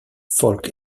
folk